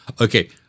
okay